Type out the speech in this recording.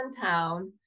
town